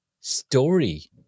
Story